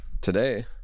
Today